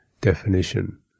definition